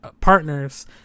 partners